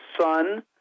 son